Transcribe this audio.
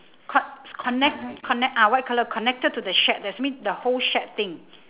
con~ connect connect ah white colour connected to the shack that means the whole shack thing